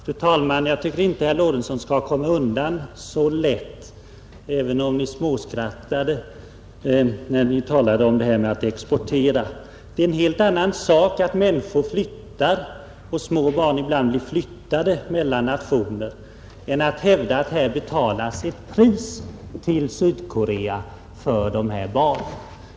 Fru talman! Jag tycker inte att herr Lorentzon skall komma undan så lätt, även om han småskrattade när han nu senast talade om att ”exportera” barn, Det är en annan sak att människor flyttar — eller att små barn ibland flyttas — mellan nationer, än att hävda att det betalas pengar till Sydkorea för dessa barn.